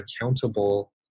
accountable